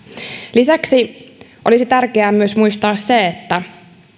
lisäksi olisi tärkeää myös muistaa se